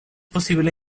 posible